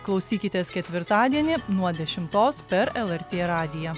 klausykitės ketvirtadienį nuo dešimtos per lrt radiją